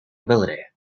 ability